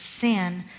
sin